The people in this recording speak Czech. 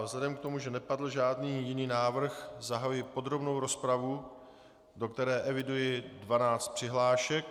Vzhledem k tomu, že nepadl žádný jiný návrh, zahajuji podrobnou rozpravu, do které eviduji 12 přihlášek.